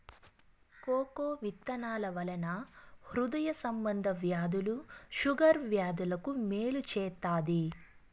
cocoa విత్తనాల వలన హృదయ సంబంధ వ్యాధులు షుగర్ వ్యాధులకు మేలు చేత్తాది